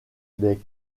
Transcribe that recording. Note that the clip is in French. des